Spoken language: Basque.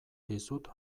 dizut